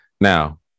Now